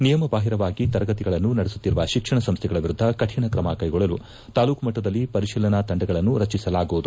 ನಿಯಮಬಾಹಿರವಾಗಿ ತರಗತಿಗಳನ್ನು ನಡೆಸುತ್ತಿರುವ ತಿಕ್ಷಣ ಸಂಸ್ಥೆಗಳ ವಿರುದ್ದ ಕಠಿಣ ಕ್ರಮ ಕೈಗೊಳ್ಳಲು ತಾಲ್ಲೂಕು ಮಟ್ಟದಲ್ಲಿ ಪರಿತೀಲನಾ ತಂಡಗಳನ್ನು ರಚಿಸಲಾಗುವುದು